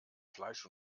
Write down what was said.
fleisch